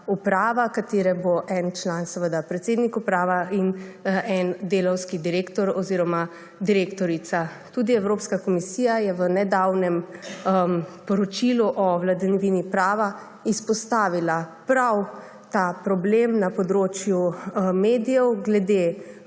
uprava, katere en član bo seveda predsednik uprave in en delavski direktor oziroma direktorica. Tudi Evropska komisija je v nedavnem poročilu o vladavini prava izpostavila prav ta problem na področju medijev, to je